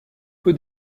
peu